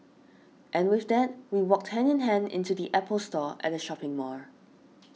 and with that we walked hand in hand into the Apple Store at the shopping mall